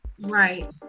Right